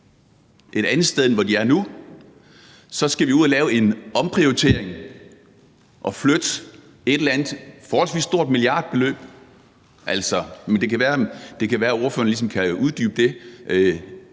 et andet sted end der, hvor de er nu, så skal vi ud at lave en omprioritering og flytte et eller andet forholdsvis stort milliardbeløb. Men det kan være, at ordføreren ligesom kan uddybe det.